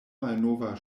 malnova